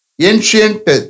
ancient